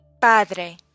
Padre